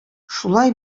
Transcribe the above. шулай